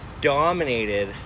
dominated